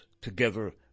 together